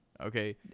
Okay